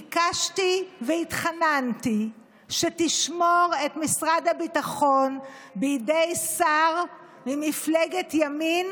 ביקשתי והתחננתי שתשמור את משרד הביטחון בידי שר ממפלגת ימין,